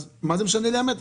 אז מה זה משנה לי המטרים?